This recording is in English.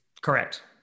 Correct